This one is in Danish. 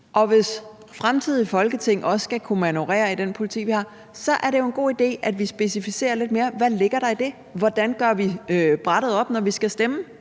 Og hvis fremtidige Folketing også skal kunne manøvrere i den politik, vi har, er det jo en god idé, at vi specificerer lidt mere, hvad der ligger i det. Hvordan gør vi simpelt hen brættet op, når vi skal stemme?